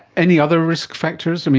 any other risk factors? um